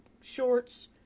shorts